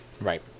Right